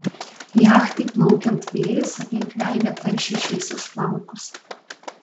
jachtai plaukiant vėjas aplink veidą taršė šviesius plaukus